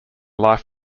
life